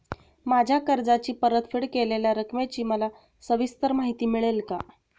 माझ्या कर्जाची परतफेड केलेल्या रकमेची मला सविस्तर माहिती मिळेल का?